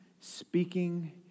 speaking